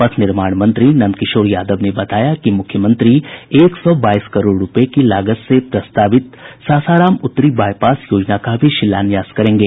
पथ निर्माण मंत्री नंद किशोर यादव ने बताया कि मुख्यमंत्री एक सौ बाईस करोड़ रूपये की लागत से प्रस्तावित सासाराम उत्तरी बाईपास योजना का भी शिलान्यास करेंगे